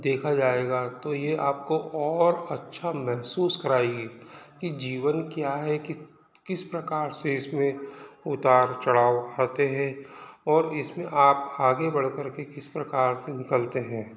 देखा जाएगा तो ये आपको और अच्छा महसूस कराएगी कि जीवन क्या है कि किस प्रकार से इसमें उतार चढ़ाव आते हैं और इसमें आप आगे बढ़कर भी किस प्रकार से निकलते हैं